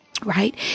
Right